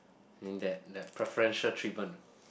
and that that preferential treatment